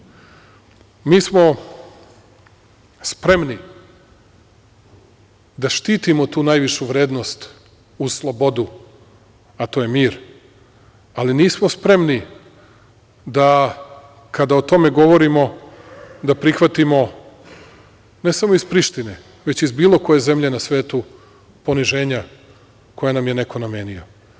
Mi smo spremni da štitimo tu najvišu vrednost, uz slobodu, a to je mir, ali nismo spremni da kada o tome govorimo, da prihvatimo ne samo iz Prištine, već i iz bilo koje zemlje na svetu, poniženja koja nam je neko namenio.